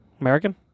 American